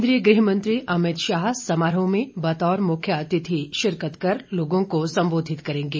केंद्रीय गृह मंत्री अमित शाह समारोह में बतौर मुख्यातिथि शिरकत कर लोगों को संबोधित करेंगे